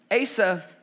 Asa